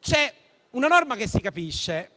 c'è una norma che si capisce: